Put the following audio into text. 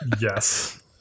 Yes